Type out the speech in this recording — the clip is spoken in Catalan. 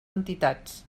entitats